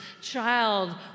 child